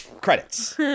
credits